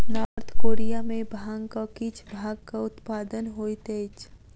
north Korea में भांगक किछ भागक उत्पादन होइत अछि